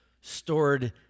stored